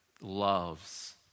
loves